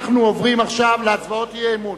אנחנו עוברים עכשיו להצבעות האי-אמון.